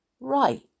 right